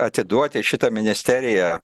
atiduoti šitą ministeriją